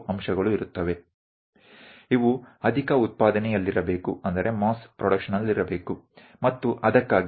આ મોટા પાયે ઉત્પાદન માં હોવું જોઈએ